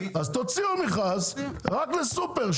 אז תוציאו מכרז רק לסופר,